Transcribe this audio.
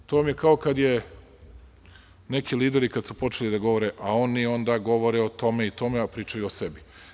To vam je kao kad su neki lideri počeli da govore - a oni onda govore o tome i tome, a pričaju o sebi.